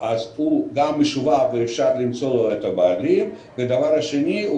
אז הוא גם משובב ואפשר למצוא את הבעלים שלו ודבר שני הוא